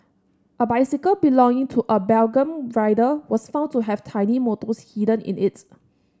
a bicycle belonging to a Belgian rider was found to have tiny motors hidden in it